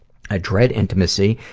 i dread intimacy,